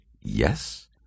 yes